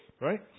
right